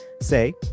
say